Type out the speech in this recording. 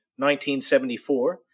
1974